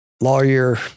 lawyer